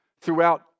throughout